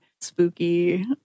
spooky